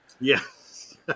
Yes